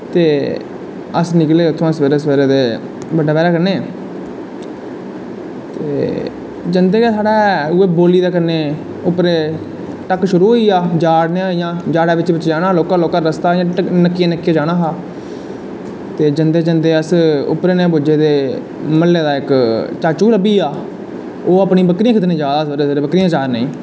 ते अस निकले उत्थआं दा सवेरे सवेरे बड्डै पैह्रै कन्नै ते जंदै गै साढ़े बौली दे कन्नै उप्परैं ढक्क शुरू होइयै जाड़ै बिच्चै निक्का निक्का इयां लोह्का रस्ता इयां नक्किया जाना हा ते जंदे जंदे अस उप्पर जेहै पुज्जे ते म्ह्ल्ले दा इक चाटू बी लब्भिया ओह् अपनियां बकरियां खिद्दनें गी जा दा हा बकरियां चारनें गी